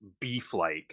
beef-like